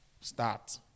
Start